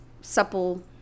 supple